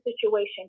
situation